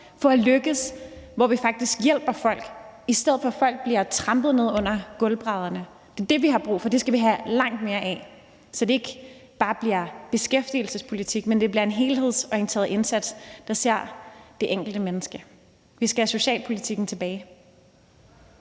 for at lykkes, og hvor vi faktisk hjælper folk, i stedet for at folk bliver trampet ned under gulvbrædderne. Så det er det, vi har brug for, og det skal vi have langt mere af, så det ikke bare bliver beskæftigelsespolitik, men det bliver en helhedsorienteret indsats, der ser på det enkelte menneske. Vi skal have socialpolitikken tilbage.